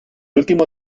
último